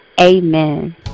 Amen